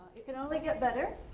it can only get better.